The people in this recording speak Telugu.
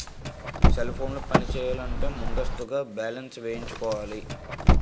సెల్ ఫోన్లు పనిచేయాలంటే ముందస్తుగా బ్యాలెన్స్ వేయించుకోవాలి